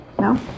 No